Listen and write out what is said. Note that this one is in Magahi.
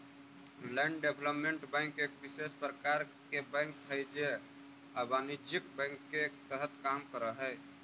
लैंड डेवलपमेंट बैंक एक विशेष प्रकार के बैंक हइ जे अवाणिज्यिक बैंक के तरह काम करऽ हइ